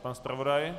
Pan zpravodaj?